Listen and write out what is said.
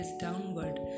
downward